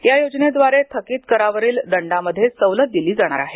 या योजनेद्वारे थकीत करावरील दंडामध्ये सवलत दिली जाणार आहे